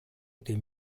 dem